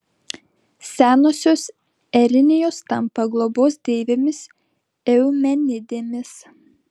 senosios erinijos tampa globos deivėmis eumenidėmis